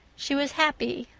she was happy,